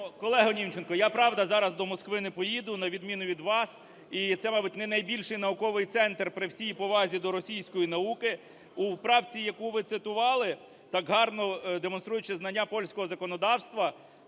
колегоНімченко, я правда зараз до Москви не поїду, на відміну від вас, і це, мабуть, не найбільший науковий центр, при всій повазі до російської науки. У правці, яку ви цитували, так гарно демонструючи знання польського законодавства,